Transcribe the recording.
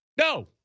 No